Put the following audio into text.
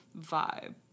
vibe